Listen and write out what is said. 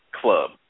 club